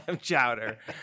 chowder